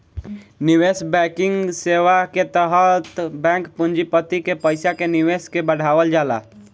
निवेश बैंकिंग सेवा के तहत बैंक पूँजीपति के पईसा के निवेश के बढ़ावल जाला